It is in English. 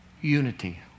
unity